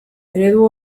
eredu